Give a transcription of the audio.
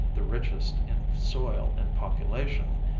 the richest in soil and population,